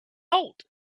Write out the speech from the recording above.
old